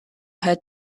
had